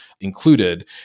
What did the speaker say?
included